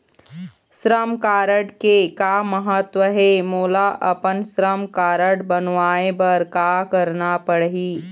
श्रम कारड के का महत्व हे, मोला अपन श्रम कारड बनवाए बार का करना पढ़ही?